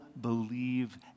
believe